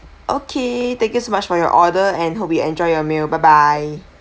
okay thank you so much for your order and hope you enjoy a meal bye bye